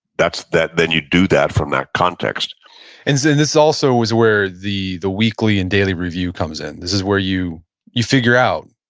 that's that. then you do that from that context and then this also was where the the weekly and daily review comes in. this is where you you figure out,